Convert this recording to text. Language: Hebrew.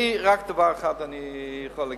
רק דבר אחד אני יכול להגיד: